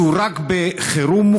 שמופעל רק בחירום,